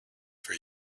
for